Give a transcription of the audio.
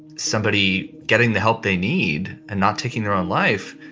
somebody getting the help they need and not taking their own life.